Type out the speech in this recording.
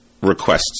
requests